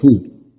food